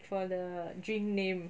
for the drink name